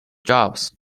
jobs